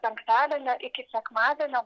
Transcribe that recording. penktadienio iki sekmadienio bus